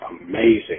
amazing